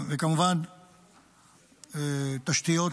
וכמובן תשתיות